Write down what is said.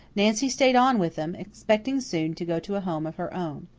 nancy stayed on with them, expecting soon to go to a home of her own.